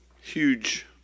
huge